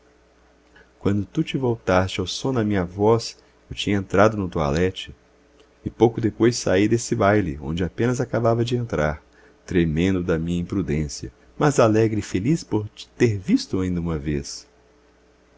quando tu te voltaste ao som da minha voz eu tinha entrado no toilette e pouco depois saí desse baile onde apenas acabava de entrar tremendo da minha imprudência mas alegre e feliz por te ter visto ainda uma vez